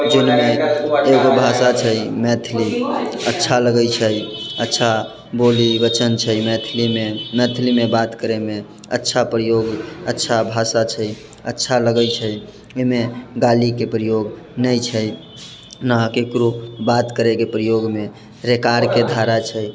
जाहिमे एगो भाषा छै मैथली अच्छा लगैत छै अच्छा बोली वचन छै मैथिलीमे मैथिलीमे बात करयमे अच्छा प्रयोग अच्छा भाषा छै अच्छा लगैत छै एहिमे गालीके प्रयोग नहि छै ने ककरो बात करयके प्रयोगमे रेकारके धारा छै